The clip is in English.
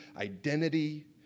identity